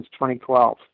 2012